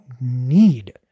need